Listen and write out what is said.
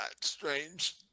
strange